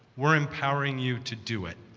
we're empowering you to do it.